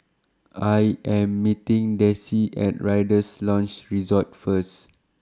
I Am meeting Dessie At Rider's Lodge Resort First